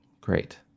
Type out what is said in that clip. Great